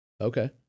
Okay